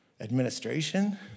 administration